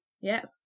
yes